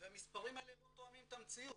והמספרים האלה לא תואמים את המציאות.